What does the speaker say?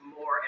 more